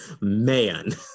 man